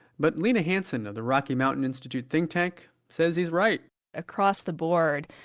but lena hansen of the rocky mountain institute think tank says he's right across the board,